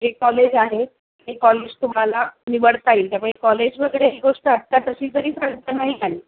हे कॉलेज आहे हे कॉलेज तुम्हाला निवडता येईल त्यामुळे कॉलेज वगैरे ही गोष्ट आत्ता तशी तरी नाही आहे